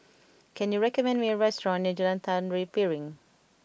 can you recommend me a restaurant near Jalan Tari Piring